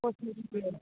खलसो होदों